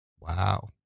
Wow